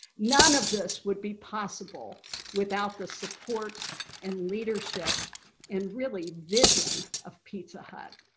none of this would be possible without the support and leadership and really vision of pizza hut.